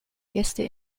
gäste